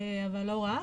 אבל לא רק,